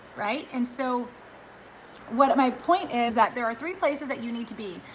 right? and so what my point is that there are three places that you need to be,